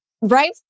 right